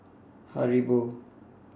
Haribo